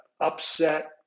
upset